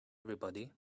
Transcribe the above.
everybody